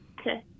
Okay